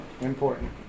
Important